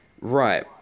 right